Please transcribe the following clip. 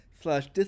slash